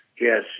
yes